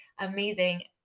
amazing